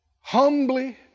humbly